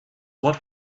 what